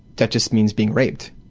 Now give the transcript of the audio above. that just means being raped.